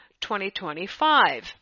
2025